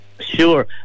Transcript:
Sure